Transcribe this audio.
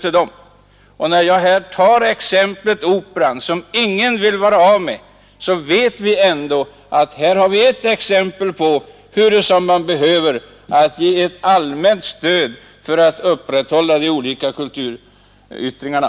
Jag tar Operan som exempel på kulturyttringar, vilka man inte vill mista men för vilkas upprätthållande det ändå behövs ett stöd från det allmänna.